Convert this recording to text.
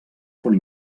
font